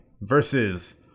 versus